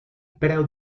preu